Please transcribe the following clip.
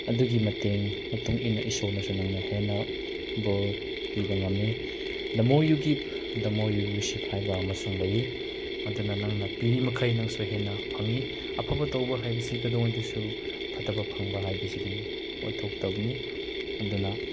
ꯑꯗꯨꯒꯤ ꯃꯇꯦꯡ ꯃꯇꯨꯡ ꯏꯟꯅ ꯏꯁꯣꯔꯅꯁꯨ ꯅꯪꯅ ꯍꯦꯟꯅ ꯕꯣꯔ ꯄꯤꯕ ꯉꯝꯃꯤ the more you give the more you receive ꯍꯥꯏꯕ ꯑꯃꯁꯨ ꯂꯩꯌꯦ ꯑꯗꯨꯅ ꯅꯪꯅ ꯄꯤꯔꯤꯃꯈꯩ ꯅꯪꯁꯨ ꯍꯦꯟꯅ ꯐꯪꯉꯤ ꯑꯐꯕ ꯇꯧꯕ ꯍꯥꯏꯕꯁꯤ ꯀꯩꯗꯧꯉꯩꯗꯁꯨ ꯐꯠꯇꯕ ꯐꯪꯕ ꯍꯥꯏꯕꯁꯤꯗꯤ ꯑꯣꯏꯊꯣꯛꯇꯕꯅꯤ ꯑꯗꯨꯅ